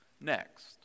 next